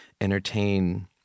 entertain